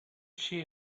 she